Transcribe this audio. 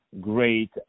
great